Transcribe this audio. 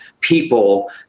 people